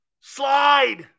Slide